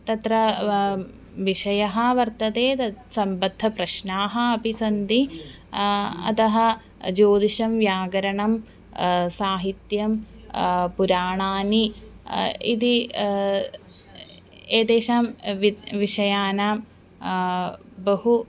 तत्र वा विषयः वर्तते तत् सम्बद्धप्रश्नाः अपि सन्ति अतः ज्योतिषं व्याकरणं साहित्यं पुराणानि इति एतेषां वा विषयानां बहु